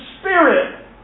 Spirit